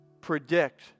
predict